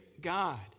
God